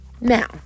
now